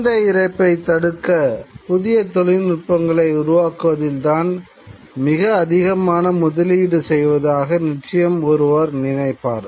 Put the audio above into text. குழந்தை இறப்பைத் தடுக்க புதிய தொழில்நுட்பங்களை உருவாக்குவதில்தான் மிக அதிகமான முதலீடு செய்வதாக நிச்சயமாக ஒருவர் நினைப்பார்